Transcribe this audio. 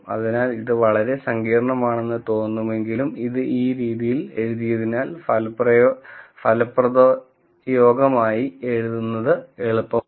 അതിനാൽ ഇത് വളരെ സങ്കീർണ്ണമാണെന്ന് തോന്നുമെങ്കിലും ഇത് ഈ രീതിയിൽ എഴുതിയതിനാൽ ഫലപദപ്രയോഗമായി എഴുതുന്നത് എളുപ്പമാണ്